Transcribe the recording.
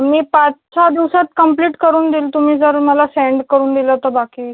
मी पाच सहा दिवसात कंप्लिट करून देईल तुम्ही जर मला सेंड करून दिलं तर बाकी